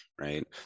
right